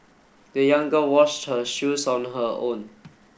the young girl washed her shoes on her own